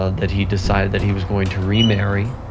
ah that he decided that he was going to remarry,